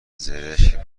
زرشک